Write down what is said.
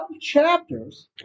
chapters